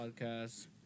podcast